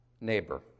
neighbor